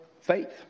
faith